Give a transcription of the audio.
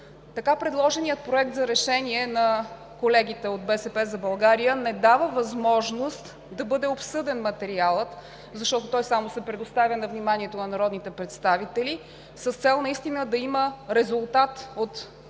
Така предложеният Проект за решение на колегите от „БСП за България“ не дава възможност да бъде обсъден материалът, защото той само се предоставя на вниманието на народните представители с цел наистина да има резултат от питането,